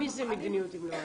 מי זה מדיניות אם לא את?